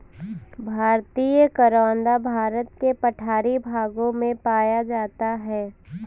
भारतीय करोंदा भारत के पठारी भागों में पाया जाता है